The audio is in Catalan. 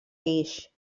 guix